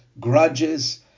grudges